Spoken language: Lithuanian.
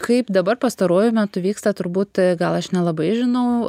kaip dabar pastaruoju metu vyksta turbūt gal aš nelabai žinau